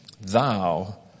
thou